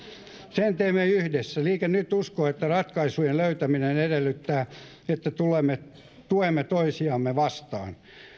sen teemme yhdessä liike nyt uskoo että ratkaisujen löytäminen edellyttää että tulemme toisiamme vastaan